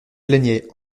plaignait